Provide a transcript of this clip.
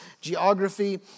geography